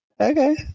Okay